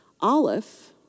Aleph